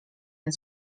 ten